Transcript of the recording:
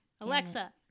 Alexa